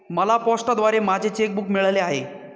मला पोस्टाद्वारे माझे चेक बूक मिळाले आहे